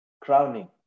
crowning